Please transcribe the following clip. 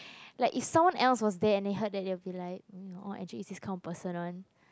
like if someone else was there and they heard that they would be like no actually he's this kind of person one